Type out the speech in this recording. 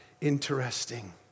interesting